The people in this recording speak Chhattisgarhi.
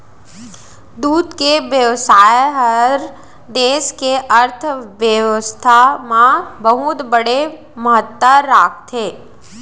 दूद के बेवसाय हर देस के अर्थबेवस्था म बहुत बड़े महत्ता राखथे